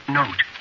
note